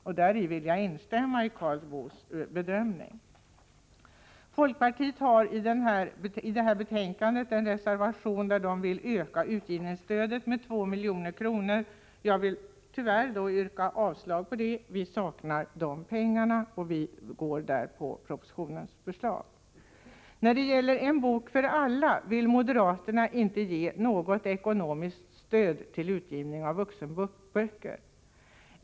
Jag vill därvidlag ansluta mig till Karl Boos bedömningar. Folkpartiet har till betänkandet fogat en reservation där man vill öka utgivningsstödet med 2 milj.kr. Jag måste tyvärr yrka avslag på reservationen. Vi saknar pengar, och utskottsmajoriteten går på propositionens förslag. När det gäller En bok för alla vill moderaterna inte ge något ekonomiskt stöd till utgivning av vuxenböcker.